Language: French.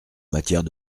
matière